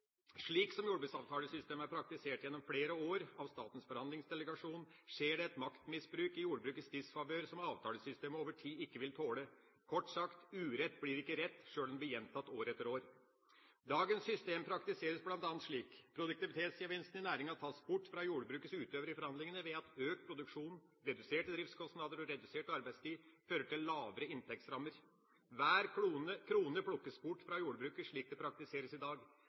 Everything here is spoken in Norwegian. Slik som jordbruksavtalesystemet er praktisert gjennom flere år av statens forhandlingsdelegasjon, skjer det et maktmisbruk i jordbrukets disfavør, som avtalesystemet over tid ikke vil tåle. Kort sagt: Urett blir ikke rett, sjøl om det blir gjentatt år etter år. Dagens system praktiseres bl.a. slik: Produktivitetsgevinsten i næringa tas bort fra jordbrukets utøvere i forhandlingene ved at økt produksjon, reduserte driftskostnader og redusert arbeidstid fører til lavere inntektsrammer. Hver krone plukkes bort fra jordbruket, slik det praktiseres i dag.